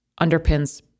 underpins